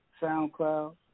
SoundCloud